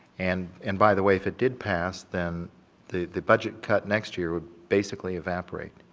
and and by the way if it did pass then the the budget cut next year would basically evaporate,